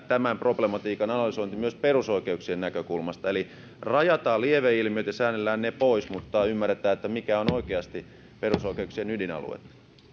tämän problematiikan analysointi myös perusoikeuksien näkökulmasta kuuluu myös kansainväliseen tutkimuskenttään eli rajataan lieveilmiöt ja säännellään ne pois mutta ymmärretään mikä on oikeasti perusoikeuksien ydinalueella